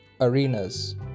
arenas